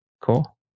Cool